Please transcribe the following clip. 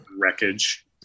wreckage